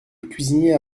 cuisinier